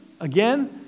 again